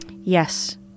Yes